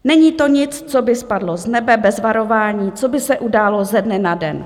Není to nic, co by spadlo z nebe bez varování, co by se událo ze dne na den.